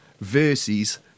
versus